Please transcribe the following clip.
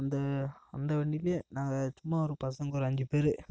அந்த அந்த வண்டிலேயே நாங்கள் சும்மா ஒரு பசங்கள் ஒரு அஞ்சு பேர்